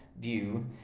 view